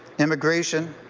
immigration,